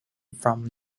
from